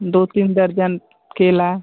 दो तीन दर्जन केला